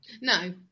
No